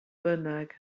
bynnag